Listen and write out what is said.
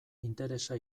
interesa